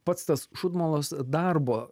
pats tas šūdmalos darbo